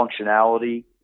functionality